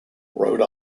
rhode